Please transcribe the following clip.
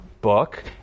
book